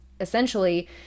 essentially